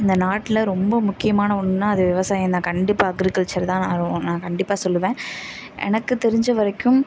இந்த நாட்டில் ரொம்ப முக்கியமான ஒன்றுன்னா அது விவசாயம் தான் கண்டிப்பாக அக்ரிகல்ச்சர் தான் நான் ரொ நான் கண்டிப்பாக சொல்லுவேன் எனக்கு தெரிஞ்ச வரைக்கும்